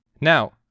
Now